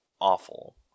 awful